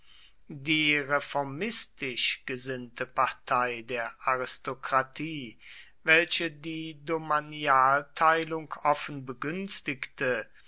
die reformistisch gesinnte partei der aristokratie welche die domanialteilung offen begünstigte